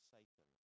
Satan